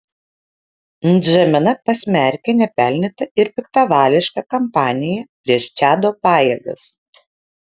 ndžamena pasmerkė nepelnytą ir piktavališką kampaniją prieš čado pajėgas